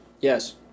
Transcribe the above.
Yes